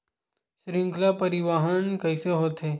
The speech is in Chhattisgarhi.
श्रृंखला परिवाहन कइसे होथे?